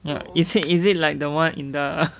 is it is it like the one in the